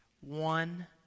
One